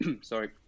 sorry